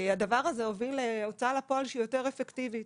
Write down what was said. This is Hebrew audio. הדבר הזה הוביל להוצאה לפועל שהיא יותר אפקטיבית.